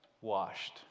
Washed